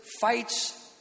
fights